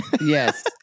Yes